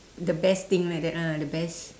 the best thing like that ah the best